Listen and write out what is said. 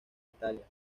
italia